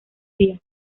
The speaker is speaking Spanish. días